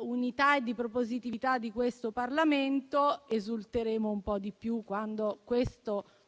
unità e di propositività di questo Parlamento; esulteremo di più quando questo